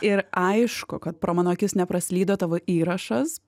ir aišku kad pro mano akis nepraslydo tavo įrašas